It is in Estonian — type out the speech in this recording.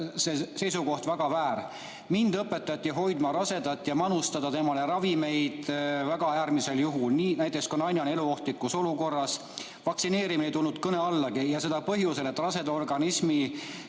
see seisukoht väga väär. Mind õpetati hoidma rasedat ja manustama temale ravimeid vaid väga äärmisel juhul, näiteks kui naine on eluohtlikus olukorras. Vaktsineerimine ei tulnud kõne allagi ja seda põhjusel, et raseda organismi